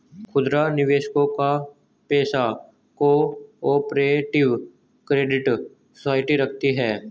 खुदरा निवेशकों का पैसा को ऑपरेटिव क्रेडिट सोसाइटी रखती है